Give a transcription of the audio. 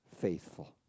faithful